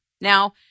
Now